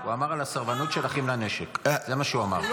הוא אמר על הסרבנות של אחים לנשק, זה מה שהוא אמר.